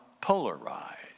polarized